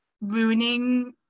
ruining